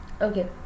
Okay